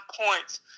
points